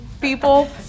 people